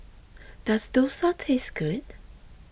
does Dosa taste good